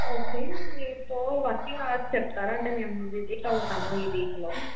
okay మీ store working hours చెప్తారా అంటే మేము విజిట్ అవుతాము ఈ వీక్లో